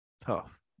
Tough